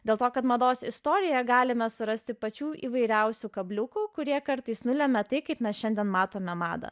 dėl to kad mados istorijoje galime surasti pačių įvairiausių kabliukų kurie kartais nulemia tai kaip mes šiandien matome madą